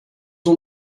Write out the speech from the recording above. ont